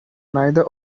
neither